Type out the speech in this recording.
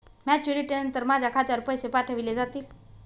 Maturity नंतर माझ्या खात्यावर पैसे पाठविले जातील?